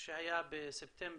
שהיה בספטמבר,